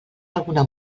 alguna